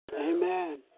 Amen